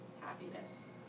happiness